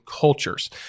cultures